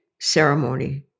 ceremony